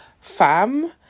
Fam